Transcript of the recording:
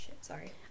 sorry